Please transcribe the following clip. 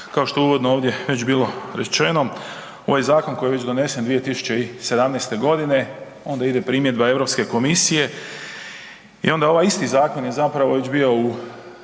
kao što se uvodno ovdje već bilo rečeno, ovo je zakon koji je već donesen 2017. g., onda ide primjedba EU komisije i onda ovaj isti zakon je zapravo već bio u